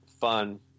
fun